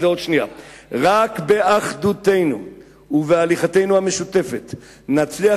רק באחדותנו ובהליכתנו המשותפת נצליח